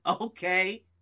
Okay